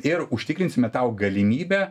ir užtikrinsime tau galimybę